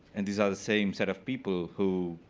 and these are the same set of people who